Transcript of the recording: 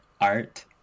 art